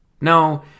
No